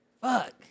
Fuck